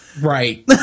Right